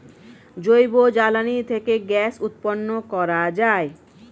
জৈব জ্বালানি থেকে গ্যাস উৎপন্ন করা যায়